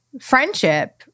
friendship